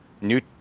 new